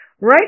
right